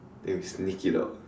then we sneak it out